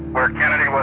where kennedy